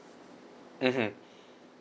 mmhmm